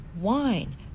wine